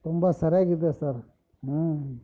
ತುಂಬ ಸರಾಗಿದೆ ಸರ್